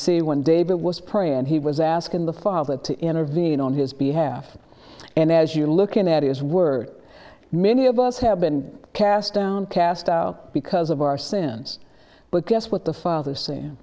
see when david was praying and he was asking the father to intervene on his behalf and as you look in at his word many of us have been cast down cast out because of our sins but guess what the father say